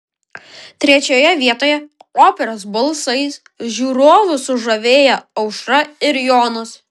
trečioje vietoje operos balsais žiūrovus sužavėję aušra ir jonas